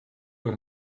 door